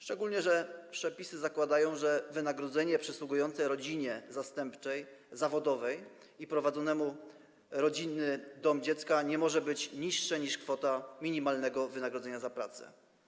Szczególnie że przepisy zakładają, że wynagrodzenie przysługujące rodzinie zastępczej zawodowej i prowadzącemu rodzinny dom dziecka nie może być niższe niż kwota minimalnego wynagrodzenia za pracę.